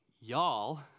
y'all